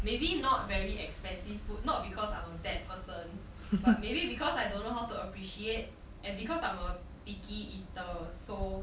maybe not very expensive food not because I'm a bad person but maybe because I don't know how to appreciate and because I'm a picky eater so